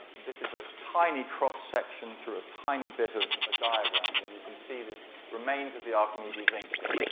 this is a tiny cross section through a tiny bit of a diagram, and you can see the remains of the archimedes in here.